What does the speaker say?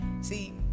see